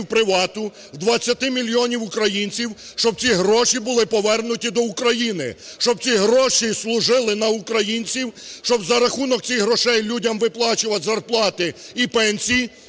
"Привату", в 20 мільйонів українців, щоб ці гроші були повернуті до України. Щоб ці гроші служили на українців, щоб за рахунок цих грошей людям виплачувати зарплати і пенсії,